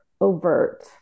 overt